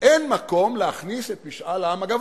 אין מקום להכניס את משאל העם אגב,